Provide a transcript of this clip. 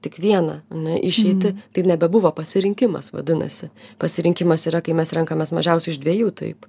tik vieną ane išeitį tai nebebuvo pasirinkimas vadinasi pasirinkimas yra kai mes renkamės mažiausiai iš dviejų taip